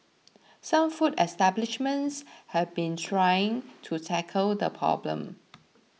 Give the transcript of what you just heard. some food establishments have been trying to tackle the problem